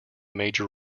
major